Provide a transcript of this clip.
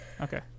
Okay